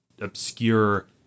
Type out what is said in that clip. obscure